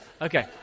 Okay